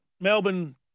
Melbourne